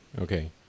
Okay